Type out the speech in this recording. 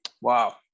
Wow